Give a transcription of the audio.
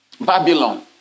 Babylon